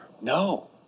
No